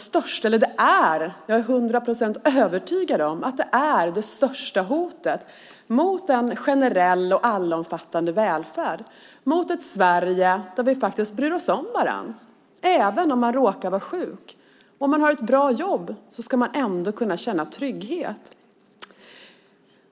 Jag är hundraprocentigt övertygad om att detta är det största hotet mot en generell och allomfattande välfärd, mot ett Sverige där vi faktiskt bryr oss om varandra även om man råkar vara sjuk. Om man har ett bra jobb ska man ändå kunna känna trygghet.